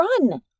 Run